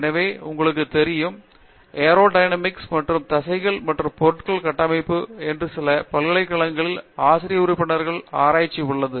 எனவே உங்களுக்கு தெரியும் ஏரோடைனமிக்ஸ் மற்றும் தசைகள் மற்றும் பொருட்களை கட்டமைப்பு என்று சில பல்கலைக்கழகங்களில் ஆசிரிய உறுப்பினர்கள் ஆராய்ச்சி உள்ளது